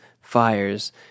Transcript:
fires